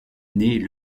née